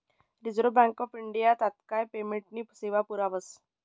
reserve Bank of India तात्काय पेमेंटनी सेवा पुरावस